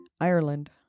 Ireland